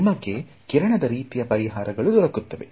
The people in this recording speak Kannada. ನಿಮಗೆ ಕಿರಣದ ರೀತಿಯ ಪರಿಹಾರಗಳು ದೊರಕುತ್ತವೆ